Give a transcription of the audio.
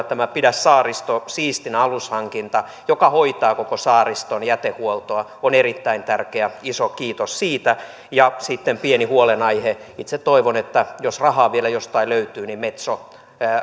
tämä pidä saaristo siistinä alushankinta joka hoitaa koko saariston jätehuoltoa on erittäin tärkeä iso kiitos siitä ja sitten pieni huolenaihe itse toivon että jos rahaa vielä jostain löytyy niin metso